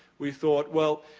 we thought, well,